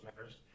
matters